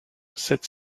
sept